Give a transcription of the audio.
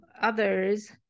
others